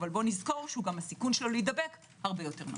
אבל נזכור שגם הסיכון שלו להידבק הרבה יותר נמוך.